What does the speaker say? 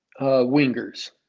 wingers